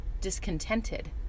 discontented